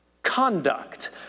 conduct